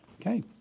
Okay